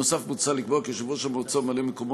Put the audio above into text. נוסף על כך מוצע לקבוע כי יושב-ראש המועצה או ממלא-מקומו